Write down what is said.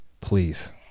please